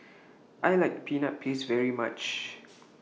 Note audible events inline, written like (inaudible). I like Peanut Paste very much (noise)